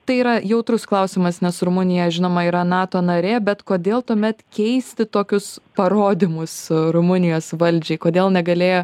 tai yra jautrus klausimas nes rumunija žinoma yra nato narė bet kodėl tuomet keisti tokius parodymus rumunijos valdžiai kodėl negalėjo